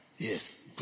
Yes